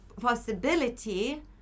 possibility